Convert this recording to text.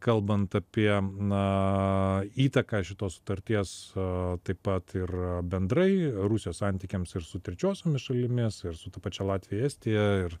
kalbant apie na įtaką šitos sutarties taip pat ir bendrai rusijos santykiams ir su trečiosiomis šalimis ir su ta pačia latvija estija ir